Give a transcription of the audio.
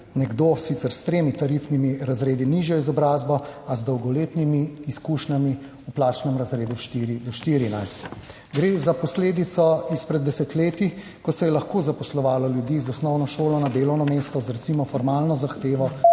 nekdo s sicer tremi tarifnimi razredi nižjo izobrazbo, a z dolgoletnimi izkušnjami v plačnem razredu štiri do 14. Gre za posledico izpred desetletij, ko se je lahko zaposlovalo ljudi z osnovno šolo na delovno mesto z recimo formalno zahtevo